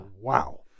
wow